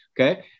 okay